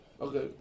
Okay